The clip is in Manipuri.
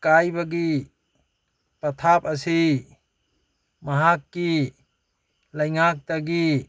ꯀꯥꯏꯕꯒꯤ ꯑꯊꯥꯞꯄꯁꯤ ꯃꯍꯥꯛꯀꯤ ꯂꯩꯉꯥꯛꯇꯒꯤ